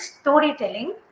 storytelling